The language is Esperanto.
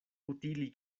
utili